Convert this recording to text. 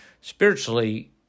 spiritually